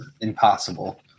impossible